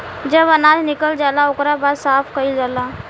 जब अनाज निकल जाला ओकरा बाद साफ़ कईल जाला